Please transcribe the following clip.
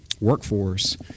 workforce